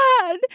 God